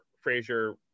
Frazier